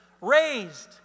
raised